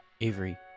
Avery